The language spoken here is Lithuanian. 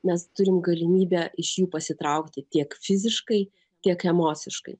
mes turim galimybę iš jų pasitraukti tiek fiziškai tiek emociškai